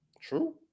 True